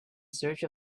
search